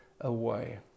away